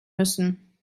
müssen